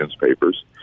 papers